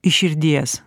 iš širdies